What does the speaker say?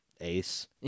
Ace